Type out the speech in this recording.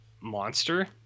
monster